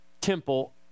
temple